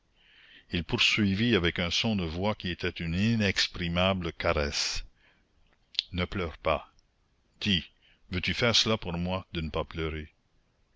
il poursuivit avec un son de voix qui était une inexprimable caresse ne pleure pas dis veux-tu faire cela pour moi de ne pas pleurer